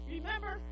Remember